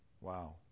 wow